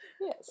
Yes